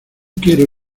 quiero